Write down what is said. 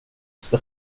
ska